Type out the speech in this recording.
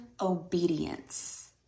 obedience